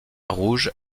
rouge